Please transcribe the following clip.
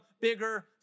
bigger